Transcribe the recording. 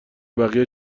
بقیه